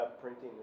printing